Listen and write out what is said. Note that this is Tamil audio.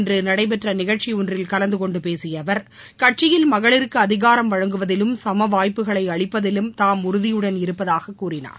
இன்றுநடைபெற்றநிகழ்ச்சியொன்றில் கலந்துகொண்டுபேசியஅவர் புதுதில்லியில் கட்சியில் மகளிருக்குஅதிகாரம் வழங்குவதிலும் சமவாய்ப்புகளைஅளிப்பதிலும் தாம் உறுதிபுடன் இருப்பதாககூறினார்